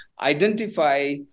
identify